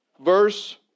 verse